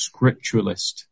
scripturalist